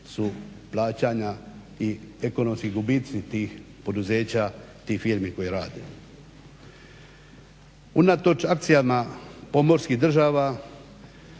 su plaćanja i ekonomski gubici tih poduzeća, tih firmi koje rade. Unatoč akcijama pomorskih država